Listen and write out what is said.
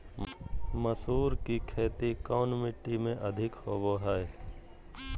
मसूर की खेती कौन मिट्टी में अधीक होबो हाय?